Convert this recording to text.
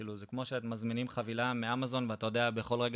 כמו שמזמינים חבילה מאמזון ואתה יודע בכל רגע